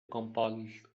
compost